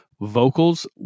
vocals